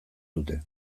dute